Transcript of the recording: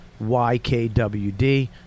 ykwd